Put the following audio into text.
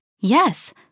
Yes